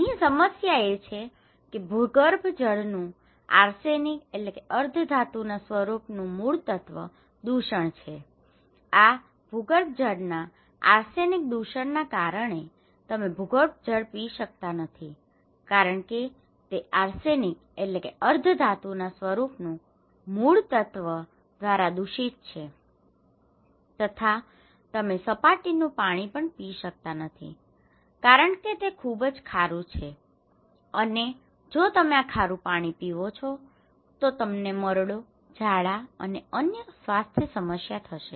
અહીં સમસ્યા એ છે કે ભૂગર્ભજળનું આર્સેનિક arsenic અર્ધધાતુના સ્વરૂપનું મૂળતત્વ દૂષણ છે આ ભૂગર્ભજળના આર્સેનિક દૂષણના કારણે તમે ભૂગર્ભજળ પી શકતા નથી કારણ કે તે આર્સેનિક arsenic અર્ધધાતુના સ્વરૂપનું મૂળતત્વ દ્વારા દૂષિત છે તથા તમે સપાટીનું પાણી પણ પી શકતા નથી કારણ કે તે ખૂબ જ ખારું છે અને જો તમે આ ખારું પાણી પીવો તો તમને મરડો ઝાડા અને અન્ય સ્વાસ્થ્ય સમસ્યા થશે